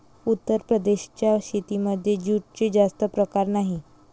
उत्तर प्रदेशाच्या शेतीमध्ये जूटचे जास्त प्रकार नाही